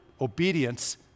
obedience